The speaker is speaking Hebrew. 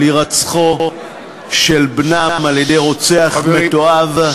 על הירצחו של בנם על-ידי רוצח מתועב,